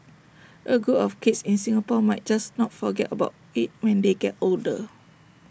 A group of kids in Singapore might just not forget about IT when they get older